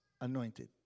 anointed